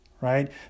right